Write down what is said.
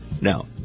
Now